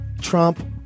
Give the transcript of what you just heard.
Trump